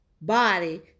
body